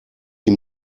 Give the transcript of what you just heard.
die